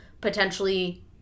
potentially